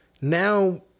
now